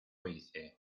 hice